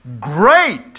great